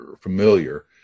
familiar